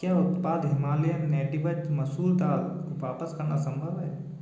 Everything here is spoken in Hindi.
क्या उत्पाद हिमालयन नेटिवज़ मसूर दाल वापस करना सम्भव है